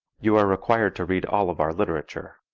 you are required to read all of our literature.